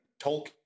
Tolkien